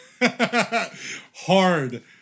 Hard